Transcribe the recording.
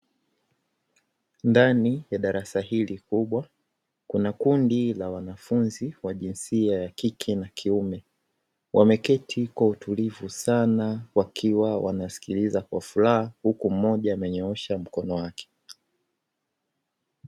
Ndani ya darasa hili kubwa, kuna kundi la wanafunzi wa jinsia ya kike na kiume, wameketi kwa utulivu sana wakiwa wanasikiliza kwa furaha, huku mmoja amenyoosha mkono wake.